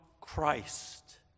Christ